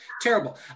terrible